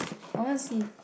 I want to see